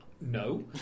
No